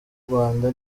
rwanda